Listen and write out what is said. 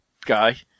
guy